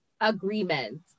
agreement